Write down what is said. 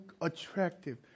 attractive